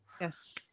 yes